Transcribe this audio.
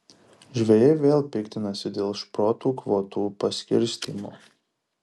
žvejai vėl piktinasi dėl šprotų kvotų paskirstymo